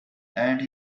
and